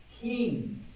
kings